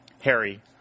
Harry